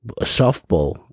softball